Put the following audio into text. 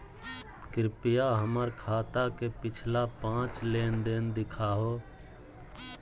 कृपया हमर खाता के पिछला पांच लेनदेन देखाहो